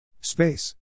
Space